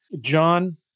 John